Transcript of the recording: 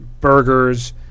Burgers